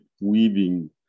weaving